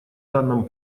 данном